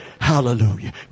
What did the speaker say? Hallelujah